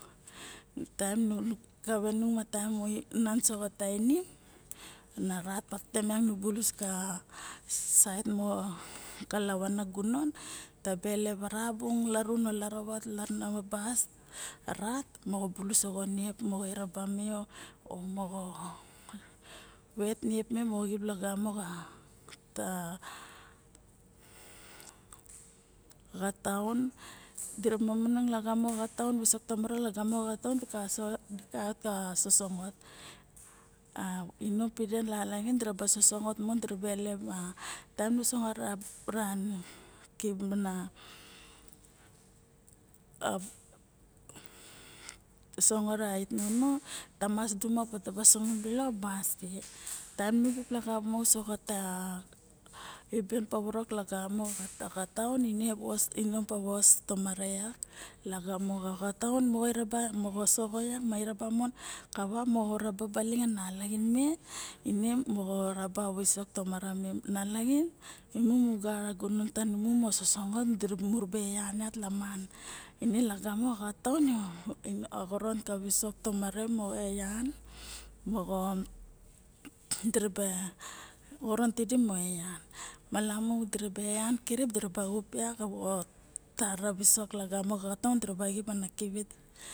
Taem nu kave nu ma taem mo van soxa tanim ana rat patete miang nu viisi ka saet moxo kalavan na gunon taba elep ara bung a ra larun a laravat o a lavava bas rat moxo bulus soxa niep moxo eraba me a moxo vet niep me mo xip lagamo xa xataun dirip momoong lagamo xataun visok tomare lagamo xataun di rasoxo ya sosongot a inom pide nalaxin moxo sosongot mon direbe elep a, taem diraba a taem nu sangot a it nono di mas duxuma pa ta mas duxuma taba sangot balok a basie, taem nu xip laxamo soxataun i iben povorok lagamo xa xataun ine a vos, inom ka vos tomare yak lagamo xa xataun moxa saxo yak ma raba mon kava mo raba baling a nalaxin me ine moxo raba. A visok tomare me nalaxin imi mu gara gunon, tanimu mo sosongaot mura eyan yat laman, ine lagamo a taun xoron ra visok to mare mo eyan, mo xoron tidi moxo eyan malamu diraba eyan kirip xup yak moxo tara visok lagamo xataun kip na kive